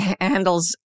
handles